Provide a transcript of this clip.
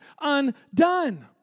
Undone